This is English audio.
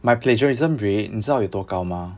my plagiarism rate 你知道有多高吗